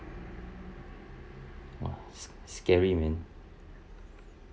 !wah! scary man